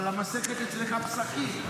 אבל המסכת אצלך פסחים.